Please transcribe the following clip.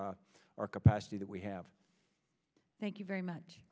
our capacity that we have thank you very much